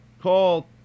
call